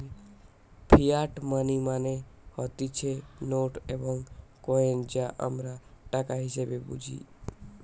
fiat money মানে হতিছে note এবং কইন যা আমরা টাকা হিসেবে বুঝি